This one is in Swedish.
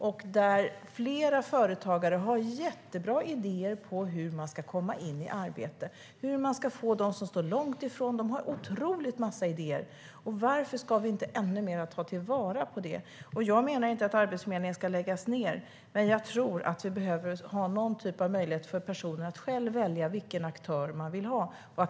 Det framkom att flera företagare har jättebra idéer om hur folk ska komma in i arbete, hur de som står långt ifrån ska komma in. De har en stor mängd idéer. Varför ska vi inte ta vara på dem ännu mer? Jag menar inte att Arbetsförmedlingen ska läggas ned, men jag tror att det behövs någon typ av möjlighet för människor att själva välja vilken aktör de vill ha.